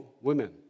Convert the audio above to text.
women